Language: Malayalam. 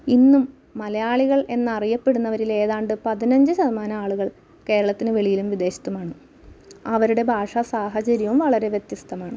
ഇന്നും മലയാളികൾ എന്നറിപ്പെടുന്നവരിലേതാണ്ട് പതിനഞ്ച് ശതമാനം ആളുകൾ കേരളത്തിന് വെളിയിലും വിദേശത്തുമാണ് അവരുടെ ഭാഷ സാഹചര്യവും വളരെ വ്യത്യസ്തമാണ്